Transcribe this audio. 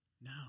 No